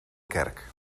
kerk